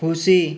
ખુશી